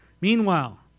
Meanwhile